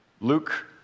Luke